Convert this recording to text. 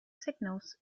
signals